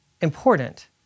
important